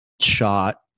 Shot